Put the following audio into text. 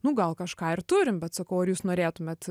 nu gal kažką ir turim bet sakau ar jūs norėtumėt